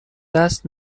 دست